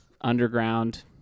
underground